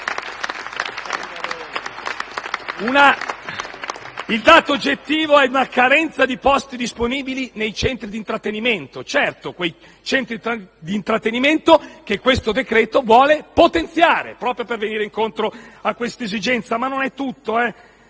Il dato oggettivo è una carenza di posti disponibili nei centri di trattenimento. Parlo di quei centri di trattenimento che questo decreto-legge vuole potenziare, proprio per venire incontro a questa esigenza. Non è tutto,